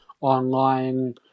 online